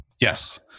Yes